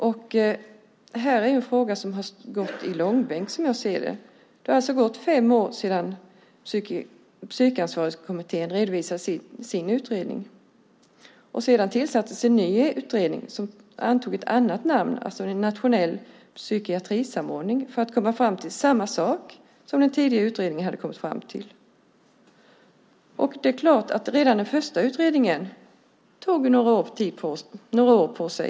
Det här är en fråga som har dragits i långbänk, som jag ser det. Det har alltså gått fem år sedan Psykansvarskommittén redovisade sin utredning. Sedan tillsattes en ny utredning som antog ett annat namn, en nationell psykiatrisamordning, för att komma fram till samma sak som den tidigare utredningen hade kommit fram till. Redan den första utredningen tog några år på sig.